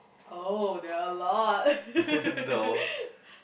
oh there are a lot